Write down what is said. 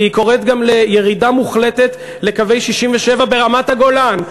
כי היא קוראת גם לירידה מוחלטת לקווי 67' ברמת-הגולן.